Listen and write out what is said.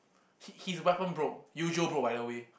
hi~ his weapon broke Eugeo broke by the way